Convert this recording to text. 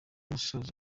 musozo